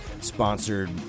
sponsored